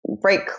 break